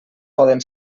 poden